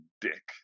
dick